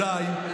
אולי,